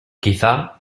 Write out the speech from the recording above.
quizá